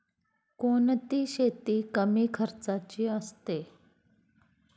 कोणती शेती कमी खर्चाची असते?